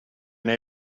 been